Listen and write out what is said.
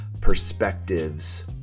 perspectives